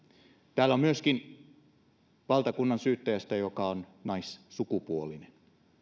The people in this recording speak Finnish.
täällä on myöskin valtakunnansyyttäjästä joka on naissukupuolinen